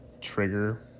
trigger